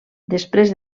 després